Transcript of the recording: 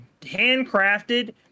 handcrafted